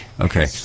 Okay